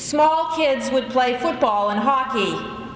small kids would play football and hockey